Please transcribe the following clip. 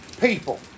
people